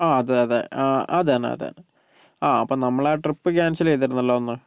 ആ അതെ അതെ അത് തന്നെ അത് തന്നെ ആ നമ്മളാ ട്രിപ്പ് ക്യാൻസല് ചെയ്തിരുന്നല്ലൊ അന്ന്